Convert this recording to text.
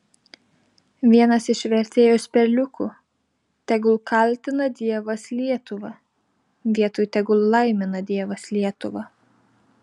vienas iš vertėjos perliukų tegul kaltina dievas lietuvą vietoj tegul laimina dievas lietuvą